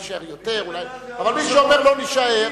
אולי נישאר יותר, אבל מי שאומר, לא נישאר,